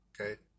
Okay